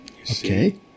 okay